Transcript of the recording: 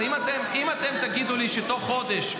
אם אתם תגידו לי שתוך חודש,